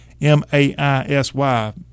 M-A-I-S-Y